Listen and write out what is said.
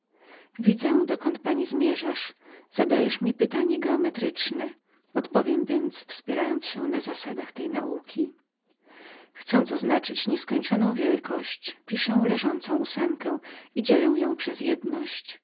widzę dokąd pani dążysz zadajesz mi pytanie geometryczne odpowiem więc wspierając się na zasadach tej wzniosłej nauki chcąc oznaczyć nieskończoną wielkość piszę ósemkę poziomą i dzielę ją przez jedność